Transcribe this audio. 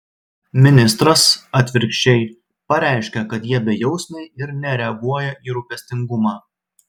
ministras atvirkščiai pareiškia kad jie bejausmiai ir nereaguoja į rūpestingumą